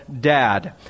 dad